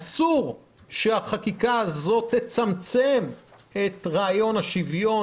אסור שהחקיקה הזאת תצמצם את רעיון השוויון,